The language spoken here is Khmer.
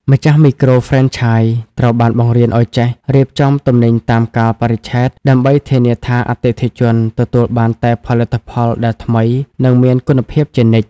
ម្ចាស់មីក្រូហ្វ្រេនឆាយត្រូវបានបង្រៀនឱ្យចេះ "រៀបចំទំនិញតាមកាលបរិច្ឆេទ" ដើម្បីធានាថាអតិថិជនទទួលបានតែផលិតផលដែលថ្មី និងមានគុណភាពជានិច្ច។